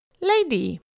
Lady